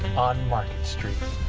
on. one. street.